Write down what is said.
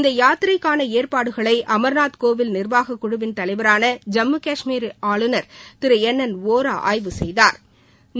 இந்த யாத்திரைக்கான ஏற்பாடுகளை அம்நாத் கோவில் நிர்வாகக் குழுவின் தலைவரான ஜம்மு கஷ்மீர் ஆளுநர் திரு என் என் வோரா ஆய்வு செய்தாள்